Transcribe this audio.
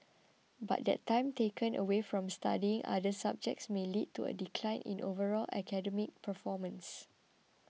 but the time taken away from studying other subjects may lead to a decline in overall academic performance